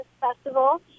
Festival